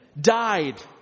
died